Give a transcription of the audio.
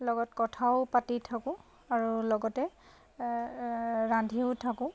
লগত কথাও পাতি থাকোঁ আৰু লগতে ৰান্ধিও থাকোঁ